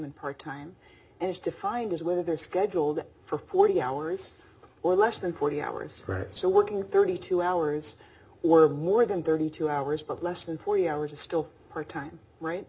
and part time and is defined as whether they're scheduled for forty hours or less than forty hours or so working thirty two hours or more than thirty two hours but less than forty hours is still part time right